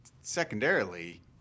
secondarily